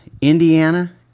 Indiana